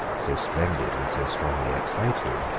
so splendid, and so strongly excited,